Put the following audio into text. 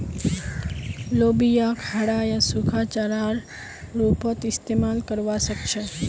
लोबियाक हरा या सूखा चारार रूपत इस्तमाल करवा सके छे